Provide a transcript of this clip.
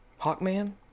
Hawkman